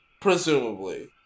Presumably